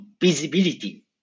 visibility